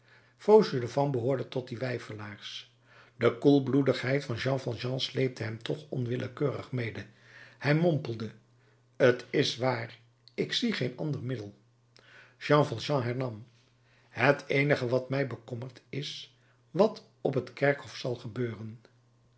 fauchelevent behoorde tot die weifelaars de koelbloedigheid van jean valjean sleepte hem toch onwillekeurig mede hij mompelde t is waar ik zie geen ander middel jean valjean hernam het eenige wat mij bekommert is wat op het kerkhof zal gebeuren